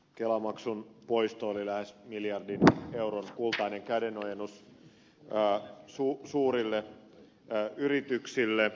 kelamaksun poisto oli lähes miljardin euron kultainen kädenojennus suurille yrityksille